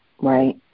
right